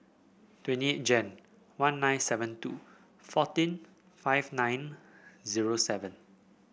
twenty eight Jan one nine seven two fourteen five nine zero seven